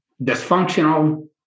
dysfunctional